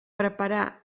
preparà